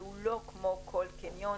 שהוא לא כמו כל קניון